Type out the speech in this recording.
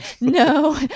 No